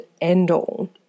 end-all